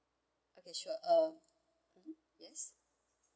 okay sure um yes